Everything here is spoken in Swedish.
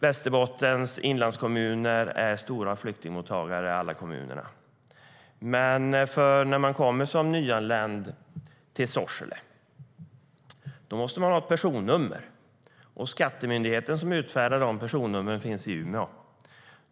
Västerbottens inlandskommuner är alla stora flyktingmottagare. När man kommer som nyanländ till Sorsele måste man ha ett personnummer. Skattemyndigheten som utfärdar personnummer finns i Umeå.